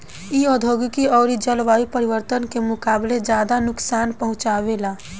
इ औधोगिक अउरी जलवायु परिवर्तन के मुकाबले ज्यादा नुकसान पहुँचावे ला